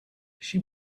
she